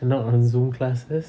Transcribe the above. not on zoom classes